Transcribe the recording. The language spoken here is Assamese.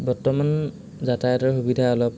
বৰ্তমান যাতায়াতৰ সুবিধা অলপ